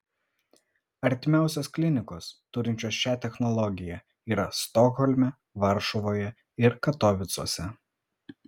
artimiausios klinikos turinčios šią technologiją yra stokholme varšuvoje ir katovicuose